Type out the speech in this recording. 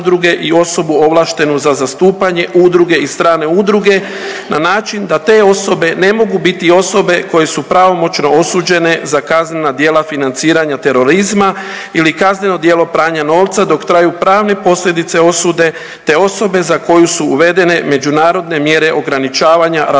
udruge i osobu ovlaštenu za zastupanje udruge i strane udruge na način da te osobe ne mogu biti osobe koje su pravomoćno osuđene za kaznena djela financiranja terorizma ili kazneno djelo pranja novca dok traju pravne posljedice osude, te osobe za koju su uvedene međunarodne mjere ograničavanja raspolaganja